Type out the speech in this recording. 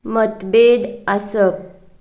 मतभेद आसप